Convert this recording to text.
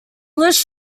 list